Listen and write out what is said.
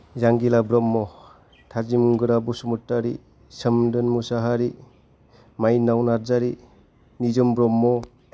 Jangila Brahma Thajimgora Basumatary Somdon Mushahary Mainao Narzary Nijom Brahma